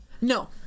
No